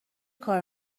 کار